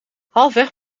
halfweg